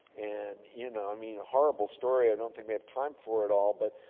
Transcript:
and you know, i mean a horrible story. i don't think we have time for it all. but,